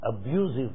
abusive